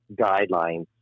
guidelines